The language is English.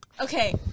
Okay